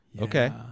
okay